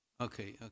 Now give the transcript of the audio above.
Okay